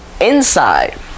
inside